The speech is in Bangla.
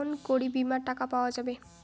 কেমন করি বীমার টাকা পাওয়া যাবে?